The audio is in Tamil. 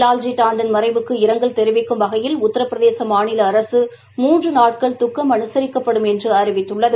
வால்ஜி டாண்டன் மறைவைக்கு இரங்கல் தெரிவிக்கும் வகையில் உத்திரபிரதேசமாநிலஅரசு மூன்றுநாட்கள் துக்கம் அனுசரிக்கப்படும் என்றுஅறிவித்துள்ளது